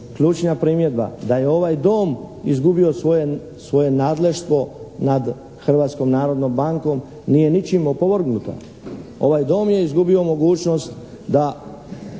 ključnija primjedba da je ovaj Dom izgubio svoje nadleštvo nad Hrvatskom narodnom bankom nije ničim opovrgnuto. Ovaj Dom je izgubio mogućnost da